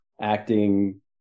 acting